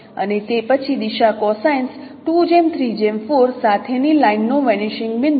અને તે પછી દિશા કોસાઇન્સ સાથેની લાઇનનો વેનીશિંગ બિંદુ